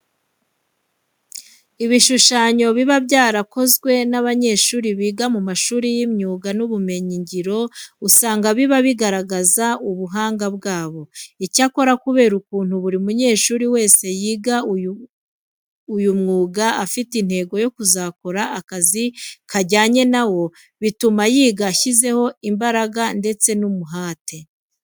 Ibishushanyo biba byarakozwe n'abanyeshuri biga mu mashuri y'imyuga n'ubumenyingiro usanga biba bigaragaza ubuhanga bwabo. Icyakora kubera ukuntu buri munyeshuri wese yiga uyu mwuga afite intego yo kuzakora akazi kajyanye na wo, bituma yiga ashyizemo imbaraga ndetse n'umuhate.